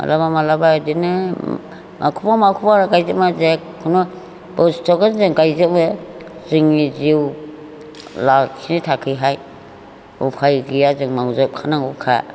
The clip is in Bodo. माब्लाबा माब्लाबा बेदिनो माखौबा माखौबा गायजोबनानै जाया खुनु बुस्थुखौ जों गायजोबो जोंनि जिउ लाखिनो थाखैहाय उफाय गैया जों मावजोब खानांगौखा